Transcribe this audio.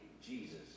Jesus